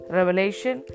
Revelation